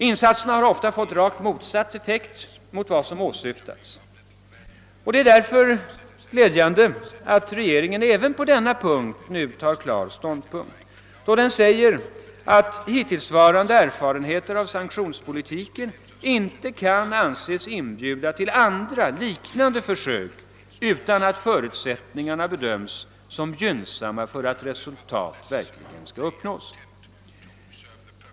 Insatserna har ofta fått rakt motsatt effekt mot vad som åsyftats. Det är därför glädjande att regeringen även på denna punkt nu tar klar ståndpunkt, då den konstaterar att »hittillsvarande erfarenheter av sanktionspolitiken inte kan anses inbjuda till andra liknande försök utan att förutsättningarna bedöms som gynnsamma för att resultat skall uppnås».